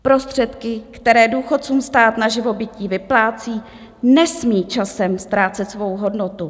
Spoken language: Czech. Prostředky, které důchodcům stát na živobytí vyplácí, nesmí časem ztrácet svou hodnotu.